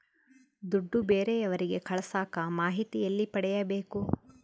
ದುಡ್ಡು ಬೇರೆಯವರಿಗೆ ಕಳಸಾಕ ಮಾಹಿತಿ ಎಲ್ಲಿ ಪಡೆಯಬೇಕು?